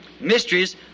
mysteries